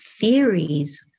theories